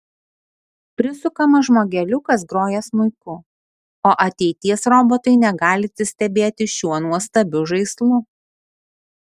prisukamas žmogeliukas groja smuiku o ateities robotai negali atsistebėti šiuo nuostabiu žaislu